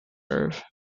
reserve